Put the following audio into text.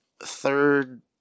third